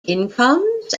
incomes